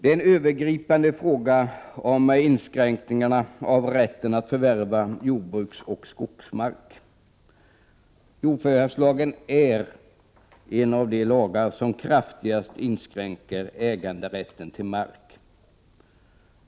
En övergripande fråga är inskränkningarna i rätten att förvärva jordbruksoch skogsmark. Jordförvärvslagen är en av de lagar som kraftigast inskränker äganderätten till mark.